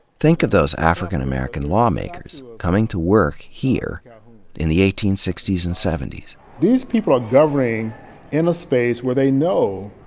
think of those african american lawmakers, coming to work here in the eighteen sixty s and seventy s. these people are governing in a space where they know,